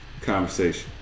conversation